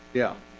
yeah,